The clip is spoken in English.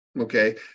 okay